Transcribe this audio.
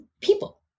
people